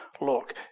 look